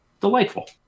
delightful